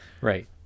right